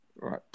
Right